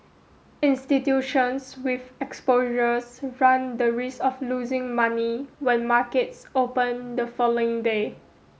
institutions with exposures run the risk of losing money when markets open the following day